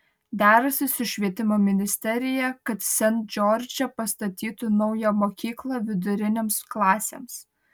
derasi su švietimo ministerija kad sent džordže pastatytų naują mokyklą vidurinėms klasėms